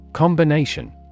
Combination